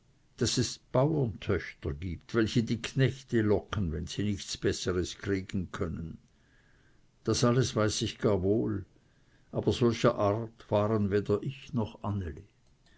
daß es bauerntöchter gibt welche die knechte locken wenn sie nichts besseres kriegen können das alles weiß ich gar wohl aber solcher art waren weder ich noch